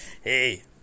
Hey